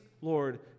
Lord